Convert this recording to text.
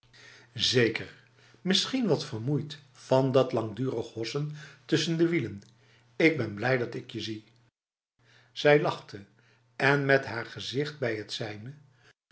zeker misschien wat vermoeid van dat langdurig hossen tussen de wielen ik ben blij dat ik je zie zij lachte en met haar gezicht bij het zijne